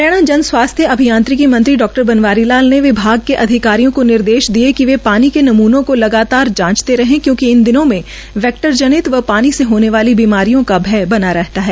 हरियाणा जनस्वास्थ्य अभियांत्रिकी मंत्री डॉ बनवारी लाल ने विभाग के अधिकारियों को निर्देश दिये है कि वे पानी के नमूनों को लगातार जांचते रहे क्योंकि इन दिनों वैक्टर नित व पानी से होने वाली बीमारियों का भय बना रहता है